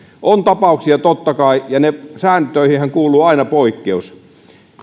on tapauksia totta kai ja sääntöihinhän kuuluu aina poikkeus